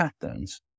patterns